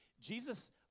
Jesus